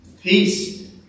Peace